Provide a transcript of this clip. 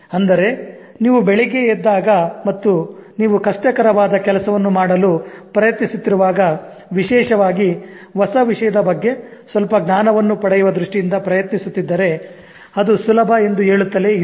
ಅಂದರೆ ನೀವು ಬೆಳಿಗ್ಗೆ ಎದ್ದಾಗ ಮತ್ತು ನೀವು ಕಷ್ಟಕರವಾದ ಕೆಲಸವನ್ನು ಮಾಡಲು ಪ್ರಯತ್ನಿಸುತ್ತಿರುವಾಗ ವಿಶೇಷವಾಗಿ ಹೊಸ ವಿಷಯದ ಬಗ್ಗೆ ಸ್ವಲ್ಪ ಜ್ಞಾನವನ್ನು ಪಡೆಯುವ ದೃಷ್ಟಿಯಿಂದ ಪ್ರಯತ್ನಿಸುತ್ತಿದ್ದರೆ ಅದು ಸುಲಭ ಎಂದು ಹೇಳುತ್ತಲೇ ಇರಿ